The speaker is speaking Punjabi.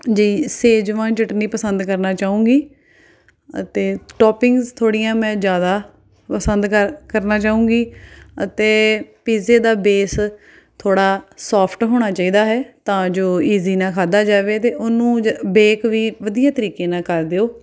ਜਿਹੀ ਸੇਜਵਾਨ ਚਟਨੀ ਪਸੰਦ ਕਰਨਾ ਚਾਹਾਂਗੀ ਅਤੇ ਟੋਪਿੰਗਜ਼ ਥੋੜ੍ਹੀਆਂ ਮੈਂ ਜ਼ਿਆਦਾ ਪਸੰਦ ਕਰ ਕਰਨਾ ਚਾਹਾਂਗੀ ਅਤੇ ਪੀਜ਼ੇ ਦਾ ਬੇਸ ਥੋੜ੍ਹਾ ਸੋਫਟ ਹੋਣਾ ਚਾਹੀਦਾ ਹੈ ਤਾਂ ਜੋ ਈਜ਼ੀ ਨਾਲ਼ ਖਾਧਾ ਜਾਵੇ ਅਤੇ ਉਹਨੂੰ ਜ ਬੇਕ ਵੀ ਵਧੀਆ ਤਰੀਕੇ ਨਾਲ਼ ਕਰ ਦਿਓ